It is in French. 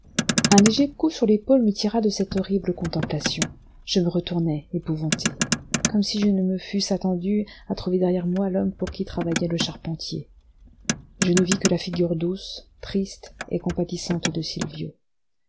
un léger coup sur l'épaule me tira de cette horrible contemplation je me retournai épouvanté comme si je me fusse attendu à trouver derrière moi l'homme pour qui travaillait le charpentier je ne vis que la figure douce triste et compatissante de sylvio